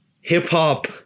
Hip-hop